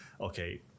okay